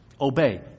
Obey